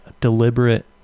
deliberate